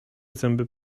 zęby